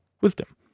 wisdom